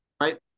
right